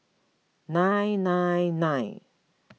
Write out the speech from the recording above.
nine nine nine